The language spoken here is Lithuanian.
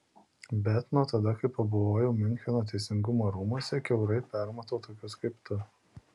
bet nuo tada kai pabuvojau miuncheno teisingumo rūmuose kiaurai permatau tokius kaip tu